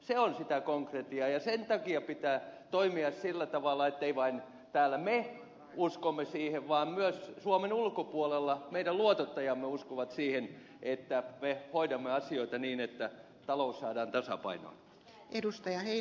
se on sitä konkretiaa ja sen takia pitää toimia sillä tavalla ettemme vain me täällä usko siihen vaan myös suomen ulkopuolella meidän luotottajamme uskovat siihen että me hoidamme asioita niin että talous saadaan tasapainoon